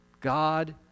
God